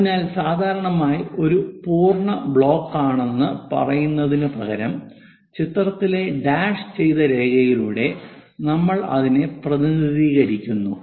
അതിനാൽ സാധാരണയായി ഇത് ഒരു പൂർണ്ണ ബ്ലോക്കാണെന്ന് പറയുന്നതിനുപകരം ചിത്രത്തിലെ ഡാഷ് ചെയ്ത രേഖയിലൂടെ നമ്മൾ അതിനെ പ്രതിനിധീകരിക്കുന്നു